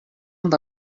amb